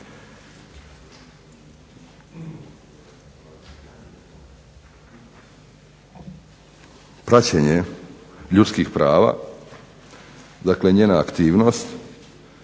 praćenje ljudskih prava, dakle njena aktivnost